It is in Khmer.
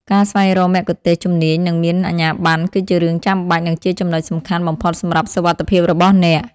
ការស្វែងរកមគ្គុទ្ទេសក៍ជំនាញ និងមានអាជ្ញាប័ណ្ណគឺជារឿងចាំបាច់ និងជាចំណុចសំខាន់បំផុតសម្រាប់សុវត្ថិភាពរបស់អ្នក។